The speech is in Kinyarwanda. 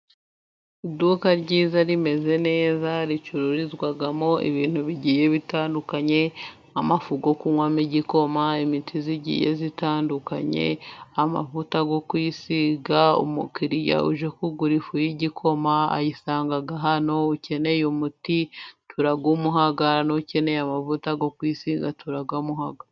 Iduka ryiza rimeze neza, ricururizwamo ibintu bigiye bitandukanye. Amafu yo kunywamo igikoma, imiti igiye itandukanye amavuta yo kwisiga, umukiriya uje kugura ifu y'igikoma ayisanga hano, ukeneye umuti turawumuha n'ukeneye amavuta yo kwisiga turayamuha.